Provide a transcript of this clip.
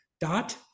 Dot